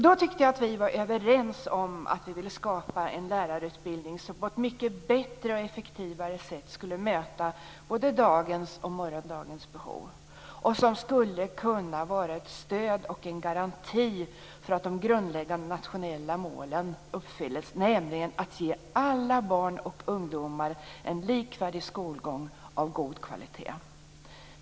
Då tyckte jag att vi var överens om att vi ville skapa en lärarutbildning som på ett mycket bättre och effektivare sätt skulle möta både dagens och morgondagens behov och som skulle kunna vara ett stöd och en garanti för att de grundläggande nationella målen uppfylls, nämligen att ge alla barn och ungdomar en likvärdig skolgång av god kvalitet.